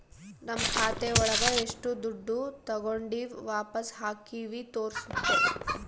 ನಮ್ ಖಾತೆ ಒಳಗ ಎಷ್ಟು ದುಡ್ಡು ತಾಗೊಂಡಿವ್ ವಾಪಸ್ ಹಾಕಿವಿ ತೋರ್ಸುತ್ತೆ